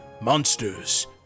monsters